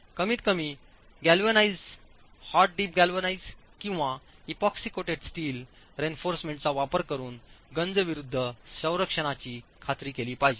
कमीतकमी galvanised hot dip galvanised किंवा epoxy coated steel रीइन्फोर्समेंटचा वापर करून गंज विरुद्ध संरक्षणची खात्री केली पाहिजे